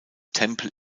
tempel